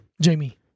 Jamie